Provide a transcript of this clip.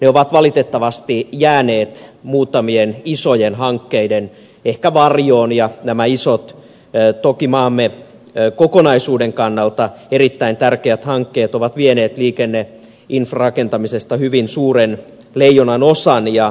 ne ovat valitettavasti ehkä jääneet muutamien isojen hankkeiden varjoon ja nämä isot toki maamme kokonaisuuden kannalta erittäin tärkeät hankkeet ovat vieneet liikenneinfrarakentamisesta hyvin suuren leijonanosan